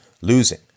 losing